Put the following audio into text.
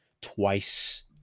twice